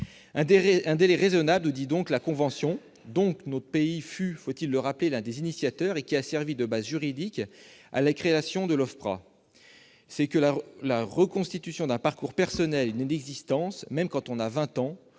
Un délai raisonnable, nous dit donc la convention, dont notre pays fut, faut-il le rappeler, l'un des initiateurs et qui a servi de base juridique à la création de l'OFPRA. Il faut dire que la reconstitution d'un parcours personnel et d'une existence, même quand on a vingt ans,